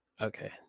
okay